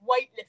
weightlifting